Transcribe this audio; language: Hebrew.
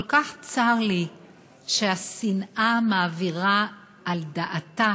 כל כך צר לי שהשנאה מעבירה את השר ליצמן על דעתו.